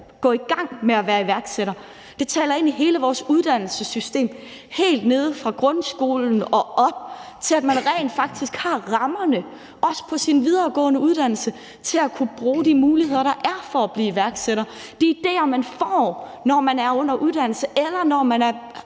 gå i gang med at være iværksætter. Det taler ind i hele vores uddannelsessystem, helt nede fra grundskolen og op til, at man rent faktisk har rammerne, også på ens videregående uddannelse, i forhold til at kunne bruge de muligheder, der er, for at blive iværksætter; det handler om de idéer, man får, når man er under uddannelse, eller når man er